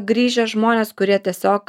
grįžę žmonės kurie tiesiog